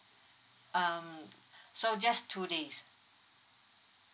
um so just two days